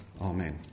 Amen